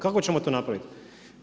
Kako ćemo to napraviti.